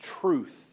truth